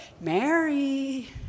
Mary